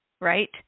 right